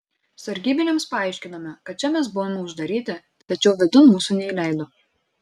sargybiniams paaiškinome kad čia mes buvome uždaryti tačiau vidun mūsų neįleido